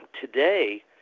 Today